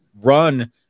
run